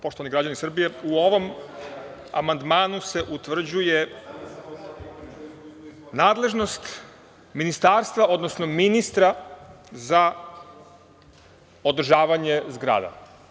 Poštovani građani Srbije, u ovom amandmanu se utvrđuje nadležnost ministarstva, odnosno ministra za održavanje zgrada.